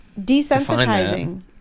desensitizing